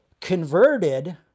converted